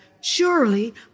surely